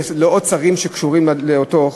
לעוד שרים שקשורים לאותו חוק,